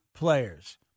players